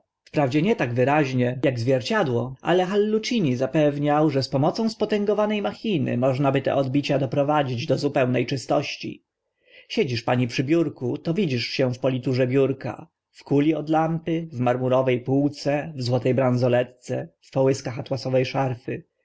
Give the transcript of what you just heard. wprawdzie nie tak wyraźnie ak zwierciadła ale hallucini zapewniał że z pomocą spotęgowane machiny można by te odbicia doprowadzić do zupełne czystości siedzisz pani przy biurku to widzisz się w politurze biurka w kuli od lampy w marmurowe półce w złote bransoletce w połyskach atłasowe szar